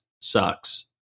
sucks